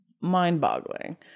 mind-boggling